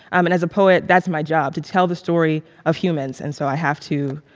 um and as a poet, that's my job, to tell the story of humans. and so i have to,